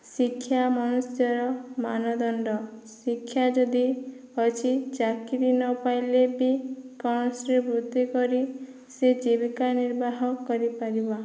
ଶିକ୍ଷା ମନୁଷ୍ୟର ମାନଦଣ୍ଡ ଶିକ୍ଷା ଯଦି ଅଛି ଚାକିରି ନ ପାଇଲେ ବି କୌଣସି ବୃତ୍ତି କରି ସେ ଜୀବିକା ନିର୍ବାହ କରିପାରିବ